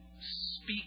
speak